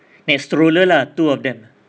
naik stroller lah two of them